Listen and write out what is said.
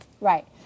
Right